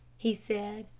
he said.